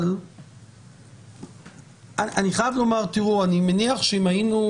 אבל אני חייב לומר שאני מניח שאם היינו